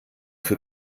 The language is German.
für